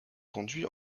conduit